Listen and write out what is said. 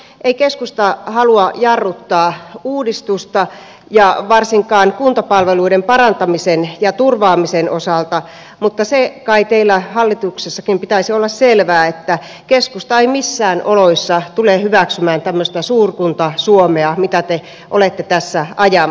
ei keskusta halua jarruttaa uudistusta ja varsinkaan kuntapalveluiden parantamisen ja turvaamisen osalta mutta sen kai teillä hallituksessakin pitäisi olla selvää että keskusta ei missään oloissa tule hyväksymään tämmöistä suurkunta suomea mitä te olette tässä ajamassa